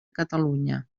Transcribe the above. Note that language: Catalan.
catalunya